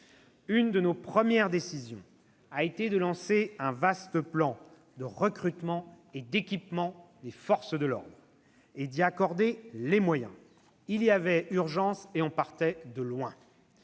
Une de nos premières décisions a été de lancer un vaste plan de recrutement et d'équipements des forces de l'ordre et d'y accorder les moyens. Il y avait urgence, et on partait de loin.